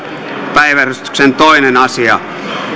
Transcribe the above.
päiväjärjestyksen toinen asia